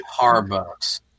Harbucks